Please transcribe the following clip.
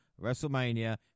WrestleMania